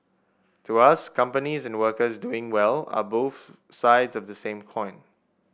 to us companies and workers doing well are both sides of the same coin